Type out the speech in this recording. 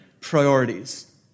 priorities